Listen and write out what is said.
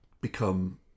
become